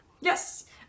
yes